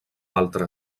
altre